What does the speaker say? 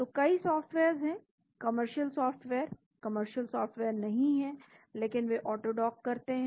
तो कई सॉफ्टवेयर्स हैं कमर्शियल सॉफ्टवेयर कमर्शियल सॉफ्टवेयर नहीं हैं लेकिन वे ऑटोडॉक करते हैं